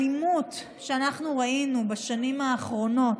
האלימות שאנחנו ראינו בשנים האחרונות,